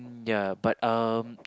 ya but um